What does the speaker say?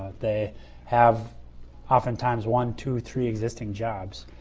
they have oftentimes one, two, three existing jobs.